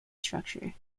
structure